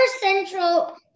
Central